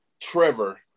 Trevor